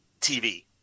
TV